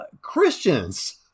Christians